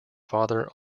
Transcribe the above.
father